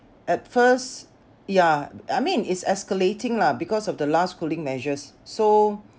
at first yeah I mean it's escalating lah because of the last cooling measures so